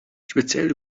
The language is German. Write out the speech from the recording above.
speziell